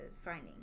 finding